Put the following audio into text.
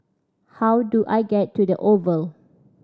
how do I get to The Oval